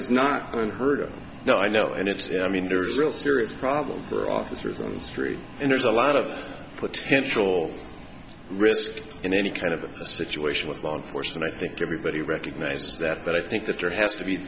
is not unheard of now i know and it's i mean there's a real serious problem for officers on the street and there's a lot of potential risk in any kind of situation with law enforcement i think everybody recognizes that but i think that there has to be